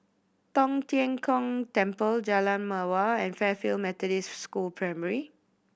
Tong Tien Kung Temple Jalan Mawar and Fairfield Methodist School Primary